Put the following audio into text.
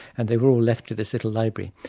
and they were all left to this little library.